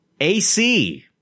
AC